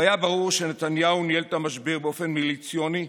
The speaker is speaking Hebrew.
היה ברור שנתניהו ניהל את המשבר באופן מיליציוני,